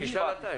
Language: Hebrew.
תשאל אתה.